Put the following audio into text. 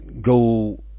go